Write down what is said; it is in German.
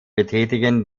betätigen